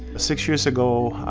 six years ago,